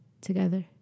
together